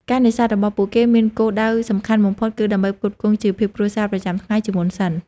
ការនេសាទរបស់ពួកគេមានគោលដៅសំខាន់បំផុតគឺដើម្បីផ្គត់ផ្គង់ ជីវភាពគ្រួសារ ប្រចាំថ្ងៃជាមុនសិន។